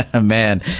Man